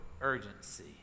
urgency